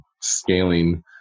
scaling